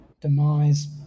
demise